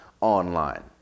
online